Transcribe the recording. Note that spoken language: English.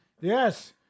Yes